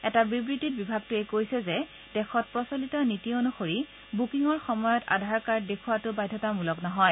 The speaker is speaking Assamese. এটা বিবৃতিত বিভাগটোৱে কৈছে যে দেশত প্ৰচলিত নীতি অনুসৰি বুকিঙৰ সময়ত আধাৰ দেখুওৱাটো বাধ্যতামূলক নহয়